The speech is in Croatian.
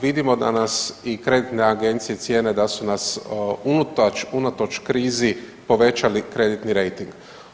Vidimo da nas i kreditne agencije cijene da su nas unatoč krizi povećali kreditni rejting.